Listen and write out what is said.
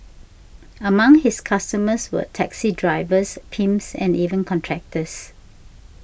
among his customers were taxi drivers pimps and even contractors